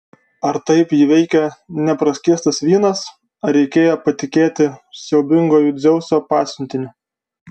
ar taip jį veikė nepraskiestas vynas ar reikėjo patikėti siaubinguoju dzeuso pasiuntiniu